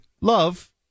Love